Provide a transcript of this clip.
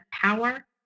power